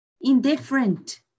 indifferent